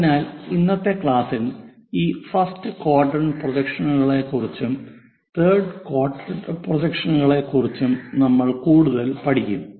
അതിനാൽ ഇന്നത്തെ ക്ലാസ്സിൽ ഈ ഫസ്റ്റ് ക്വാഡ്രന്റ് പ്രൊജക്ഷനുകളെക്കുറിച്ചും തേർഡ് ക്വാഡ്രന്റ് പ്രൊജക്ഷനുകളെക്കുറിച്ചും നമ്മൾ കൂടുതൽ പഠിക്കും